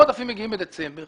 למה העודפים מגיעים בדצמבר?